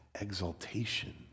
exaltation